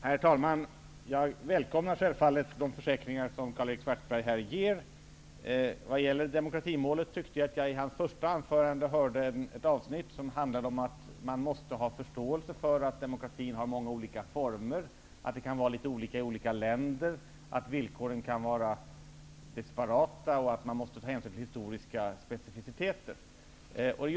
Herr talman! Jag välkomnar självfallet de försäkringar som Karl-Erik Svartberg här ger. I fråga om demokratimålet tyckte jag att jag i hans första anförande hörde ett avsnitt som handlade om att ha förståelse för att demokratin har många olika former, att det kan vara litet olika i olika länder, att villkoren kan vara disparata och att man måste ta hänsyn till specifika historiska förhållanden.